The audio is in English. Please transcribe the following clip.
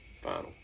Final